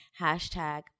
hashtag